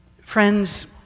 friends